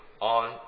on